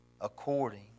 according